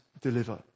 deliver